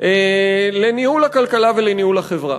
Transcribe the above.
לניהול הכלכלה ולניהול החברה.